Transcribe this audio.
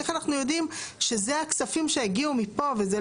איך אנחנו יודעים שאלה הכספים שהגיעו מפה ולא